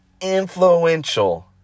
influential